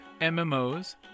mmos